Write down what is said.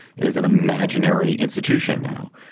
it is an imaginary institution now.